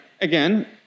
again